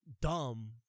dumb